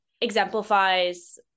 exemplifies